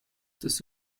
this